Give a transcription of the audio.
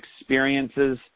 experiences